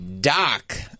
doc